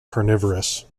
carnivorous